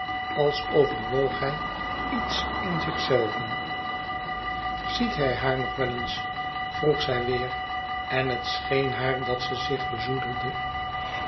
als overwoog hij iets in zichzelven ziet hij haar nog wel eens vroeg zij weêr en het scheen haar dat ze zich bezoedelde